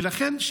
ולכן,